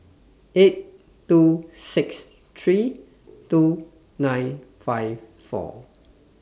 eight two six three two nine five four